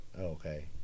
Okay